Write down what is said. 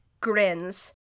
grins